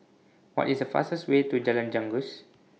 What IS The fastest Way to Jalan Janggus